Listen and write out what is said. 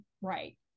right